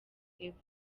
eva